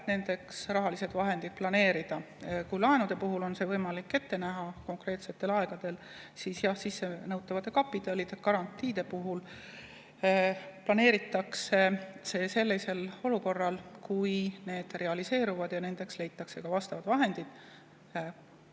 selleks rahalised vahendid planeerida. Kui laenude puhul on see võimalik ette näha konkreetsetel aegadel, siis sissenõutava kapitali ja garantii puhul planeeritakse see sellisel korral, kui need realiseeruvad, ja selleks leitakse ka vastavad vahendid.